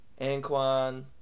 Anquan